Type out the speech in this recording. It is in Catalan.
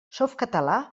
softcatalà